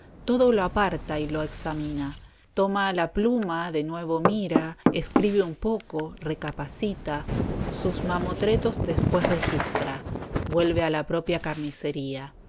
todo lo aparta y lo examina toma la pluma de nuevo mira escribe un poco recapacita sus mamotretos después registra vuelve a la propia carnicería